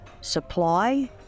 supply